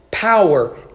power